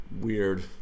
weird